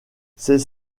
c’est